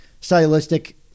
stylistic